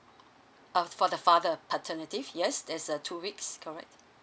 uh for the father paternity yes there's uh two weeks correct